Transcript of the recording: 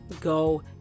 go